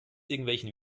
irgendwelchen